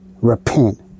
repent